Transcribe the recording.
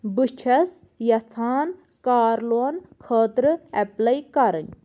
بہٕ چھَس یَژھان کار لون خٲطرٕ ایپلاے کَرٕنۍ